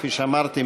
כפי שאמרתי,